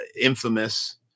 infamous